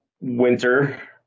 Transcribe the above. winter